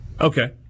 Okay